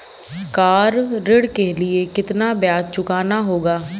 Car ऋण के लिए कितना ब्याज चुकाना होगा?